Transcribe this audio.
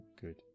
good